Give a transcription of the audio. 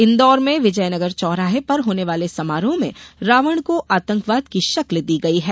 इन्दौर में विजयनगर चौराहे पर होने वाले समारोह में रावण को आतकंवाद की शक्ल दी गई है